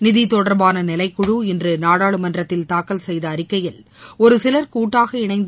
நிதி தொடர்பான நிலைக்குழு இன்று நாடாளுமன்றத்தில் தாக்கல் செய்த அறிக்கையில் ஒரு சிலர் கூட்டாக இணைந்து